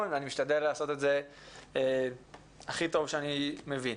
ואני משתדל לעשות את זה הכי טוב שאני מבין.